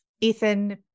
Ethan